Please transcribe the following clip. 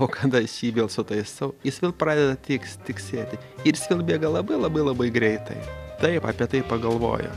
o kada aš jį vėl sutaisau jis vėl pradeda tiks tiksėti ir jis vėl bėga labai labai labai greitai taip apie tai pagalvoju